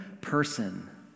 person